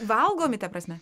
valgomi ta prasme